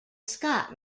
scott